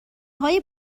های